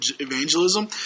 evangelism